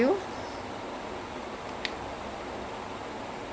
because oh I think mine will be time travels